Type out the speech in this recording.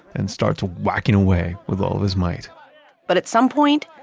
and starts whacking away with all of his might but at some point,